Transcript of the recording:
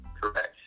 Correct